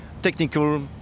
technical